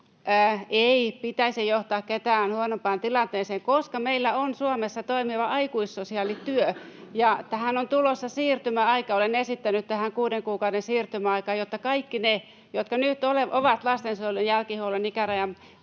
ei pitäisi johtaa ketään huonompaan tilanteeseen, koska meillä on Suomessa toimiva aikuissosiaalityö ja tähän on tulossa siirtymäaika. Olen esittänyt tähän kuuden kuukauden siirtymäaikaa, jotta kaikki ne, jotka nyt ovat lastensuojelun jälkihuollon ikärajan